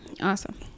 Awesome